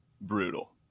brutal